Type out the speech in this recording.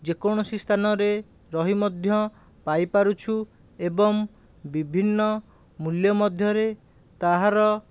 ଯେକୌଣସି ସ୍ଥାନରେ ରହି ମଧ୍ୟ ପାଇପାରୁଛୁ ଏବଂ ବିଭିନ୍ନ ମୂଲ୍ୟ ମଧ୍ୟରେ ତାହାର